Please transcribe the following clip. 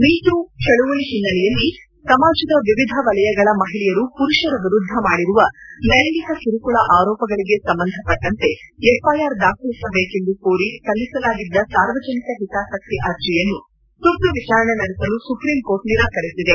meet ಚಳವಳಿ ಹಿನ್ನೆಲೆಯಲ್ಲಿ ಸಮಾಜದ ವಿವಿಧ ವಲಯಗಳ ಮಹಿಳೆಯರು ಪುರುಷರ ವಿರುದ್ದ ಮಾಡಿರುವ ಲೈಂಗಿಕ ಕಿರುಕುಳ ಆರೋಪಗಳಿಗೆ ಸಂಬಂಧಪಟ್ಟಂತೆ ಎಫ್ಐಆರ್ ದಾಖಲಿಸಬೇಕೆಂದು ಕೋರಿ ಸಲ್ಲಿಸಲಾಗಿದ್ದ ಸಾರ್ವಜನಿಕ ಹಿತಾಸಕ್ತಿ ಅರ್ಜಿಯನ್ನು ತುರ್ತು ವಿಚಾರಣೆ ನಡೆಸಲು ಸುಪ್ರೀಂಕೋರ್ಟ್ ನಿರಾಕರಿಸಿದೆ